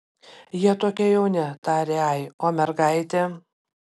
jie tokie jauni tarė ai o mergaitė